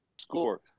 score